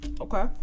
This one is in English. Okay